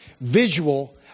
visual